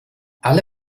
alle